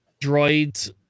droids